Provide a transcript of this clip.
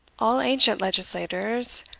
all ancient legislators,